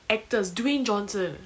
actors dwayne johnson